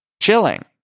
Chilling